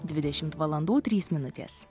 dvidešimt valandų trys minutės